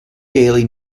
daily